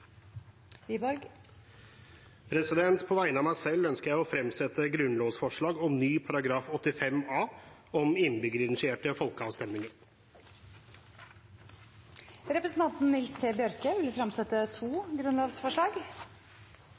På vegne av meg selv ønsker jeg å fremsette grunnlovsforslag om ny § 85 a, om innbyggerinitierte folkeavstemninger. Representanten Nils T. Bjørke vil fremsette to grunnlovsforslag.